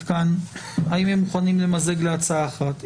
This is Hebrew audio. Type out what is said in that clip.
כאן האם הם מוכנים למזג להצעה אחת.